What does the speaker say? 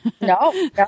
no